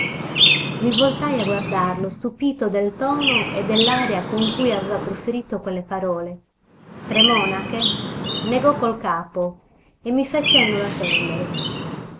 i voltai a guardarlo stupito del tono e dell'aria con cui aveva proferito quelle parole tre monache negò col capo e mi fe cenno d'attendere